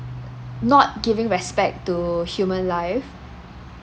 not giving respect to human life